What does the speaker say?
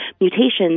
mutations